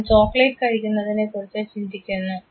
അവൻ ചോക്കലേറ്റ് കഴിക്കുന്നതിനെക്കുറിച്ച് ചിന്തിക്കുന്നു